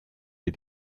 ihr